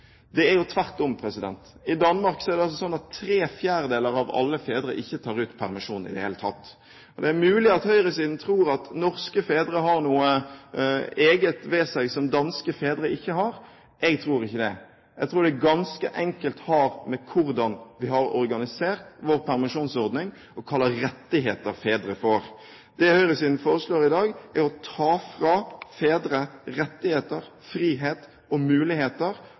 skulle en jo tro at en kunne se i Danmark i dag at man hadde like gode tall for fedres uttak som det vi har i Norge. Det er tvert om. I Danmark er det sånn at tre fjerdedeler av alle fedre ikke tar ut permisjon i det hele tatt. Det er mulig at høyresiden tror at norske fedre har noe eget ved seg som danske fedre ikke har. Jeg tror ikke det. Jeg tror det ganske enkelt har å gjøre med hvordan vi har organisert vår permisjonsordning, og hva slags rettigheter fedre